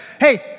hey